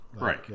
Right